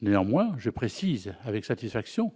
Néanmoins, je précise avec satisfaction